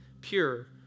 pure